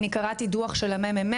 אני קראתי דוח של הממ"מ,